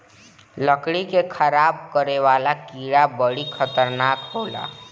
लकड़ी के खराब करे वाला कीड़ा बड़ी खतरनाक होला